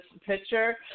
picture